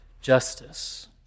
justice